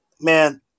Man